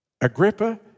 Agrippa